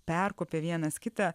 perkopia vienas kitą